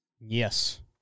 Yes